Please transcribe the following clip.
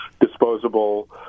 disposable